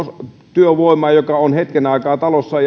työvoimaa joka on hetken aikaa talossa